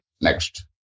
Next